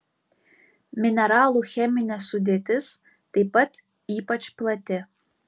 mineralų cheminė sudėtis taip pat ypač plati